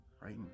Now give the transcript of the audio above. Right